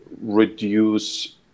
reduce